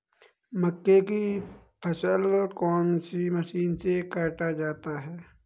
मक्के की फसल को कौन सी मशीन से काटा जाता है?